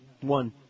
one